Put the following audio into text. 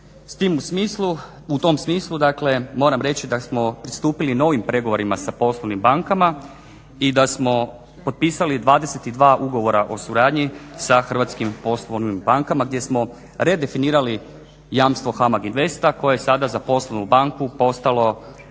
U tom u smislu dakle moram reći da smo pristupili novim pregovorima sa poslovnim bankama i da smo potpisali 22 ugovora o suradnji sa hrvatskim poslovnim bankama gdje smo redefinirali jamstvo HAMAG Investa koje je sada zaposlenu banku postalo